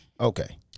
Okay